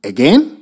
Again